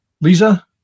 Lisa